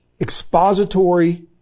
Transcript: expository